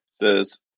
says